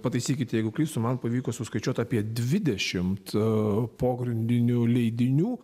pataisykite jeigu klystu man pavyko suskaičiuot apie dvidešimt pogrindinių leidinių